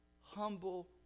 humble